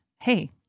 hey